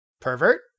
pervert